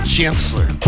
Chancellor